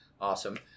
awesome